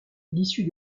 l’issue